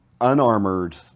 unarmored